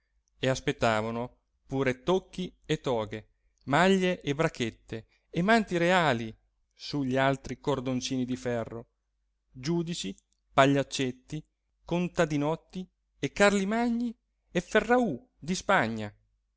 e aspettavano pure tocchi e toghe maglie e brachette e manti reali su gli altri cordoncini di ferro giudici pagliaccetti contadinotti e carlimagni e ferraù di spagna